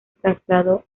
trasladó